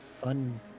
fun